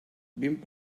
vint